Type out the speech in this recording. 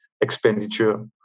expenditure